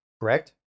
correct